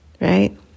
right